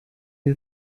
die